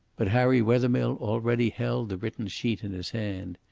but harry wethermill already held the written sheet in his hand.